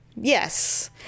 Yes